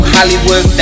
Hollywood